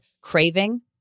craving